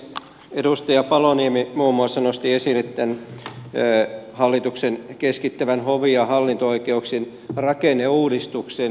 edustaja paloniemi muun muassa nosti esille tämän hallituksen keskittävän hovi ja hallinto oikeuksien rakenneuudistuksen